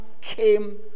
came